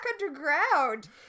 underground